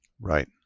Right